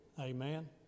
amen